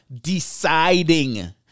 deciding